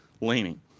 leaning